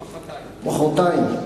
זה מחרתיים.